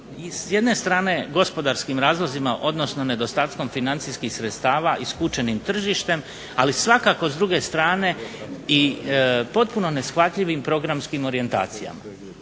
s jedne strane gospodarskim razlozima odnosno nedostatkom financijskih sredstava i skučenim tržištem, ali svakako s druge strane i potpuno neshvatljivim programskim orijentacijama.